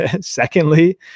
Secondly